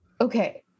Okay